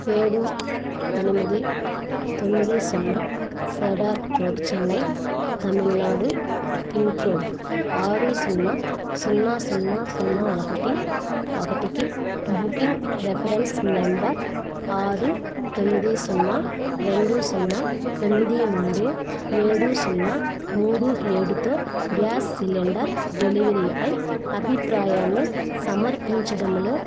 ఏడు ఎనిమిది తొమ్మిది సున్నా Cedar Road Chennai Tamil Nadu pin code ఆరు సున్నా సున్నా సున్నా సున్నా ఒకటి ఒకటికి బుకింగ్ రెఫరెన్స్ నెంబర్ ఆరు తొమ్మిది సున్నా రెండు సున్నా తొమ్మిది మూడు ఏడు సున్నా మూడు ఏడుతో గ్యాస్ సిలిండర్ డెలివరీపై అభిప్రాయాన్ని సమర్పించడంలో